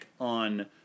on